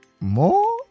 more